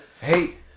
Hey